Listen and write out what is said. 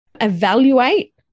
evaluate